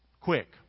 Quick